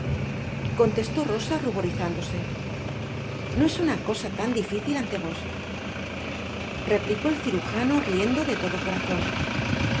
contestó llosa ruborizándose no es una cosa tan dificil ante vos replicó el cirujano riendo de todo corazon